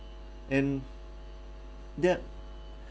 and that